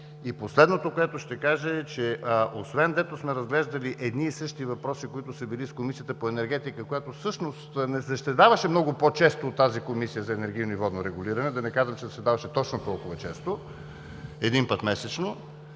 Последното, което ще кажа, е, че освен дето сме разглеждали едни и същи въпроси, които са били в Комисията по енергетика, която всъщност не заседаваше много по-често от тази Комисия за енергийно и водно регулиране, да не казвам, че заседаваше точно толкова често – един път месечно,